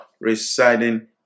residing